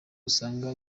usanga